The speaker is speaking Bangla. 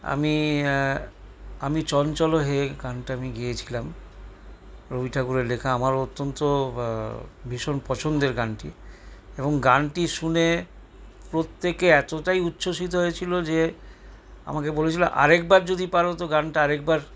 আমি আমি চঞ্চল হে গানটা আমি গেয়েছিলাম রবি ঠাকুরের লেখা আমার অত্যন্ত ভীষণ পছন্দের গানটি এবং গানটি শুনে প্রত্যেকে এতটাই উচ্ছসিত হয়েছিল যে আমাকে বলেছিল আর একবার যদি পারো তো গানটা আরেকবার